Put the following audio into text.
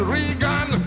Regan